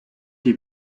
die